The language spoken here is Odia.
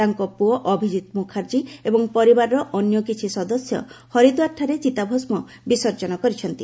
ତାଙ୍କ ପୁଅ ଅଭିକିତ ମୁଖାର୍ଜୀ ଏବଂ ପରିବାରର ଅନ୍ୟ କିଛି ସଦସ୍ୟ ହରିଦ୍ୱାରଠାରେ ଚିତାଭସ୍କ ବିସର୍ଜନ କରିଛନ୍ତି